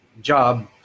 job